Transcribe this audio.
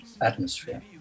atmosphere